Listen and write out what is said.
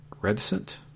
reticent